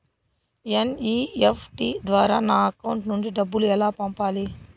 NEFT ద్వారా నా account నుండి డబ్బులు ఎలా పంపాలి